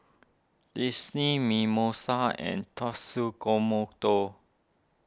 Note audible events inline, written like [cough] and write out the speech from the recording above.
Disney Mimosa and [unintelligible]